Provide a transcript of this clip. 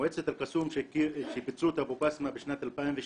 מועצת אל קאסום, כשפיצלו את אבו בסמה בשנת 2012,